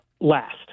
last